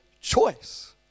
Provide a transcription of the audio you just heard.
choice